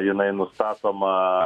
jinai nustatoma